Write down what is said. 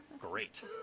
great